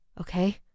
okay